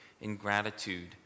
ingratitude